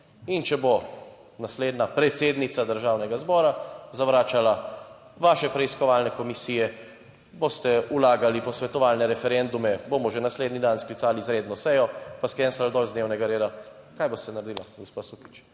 in če bo naslednja predsednica Državnega zbora zavračala vaše preiskovalne komisije, boste vlagali posvetovalne referendume, bomo že naslednji dan sklicali izredno sejo, pa skenslali dol z dnevnega reda, kaj boste naredili gospa Sukič?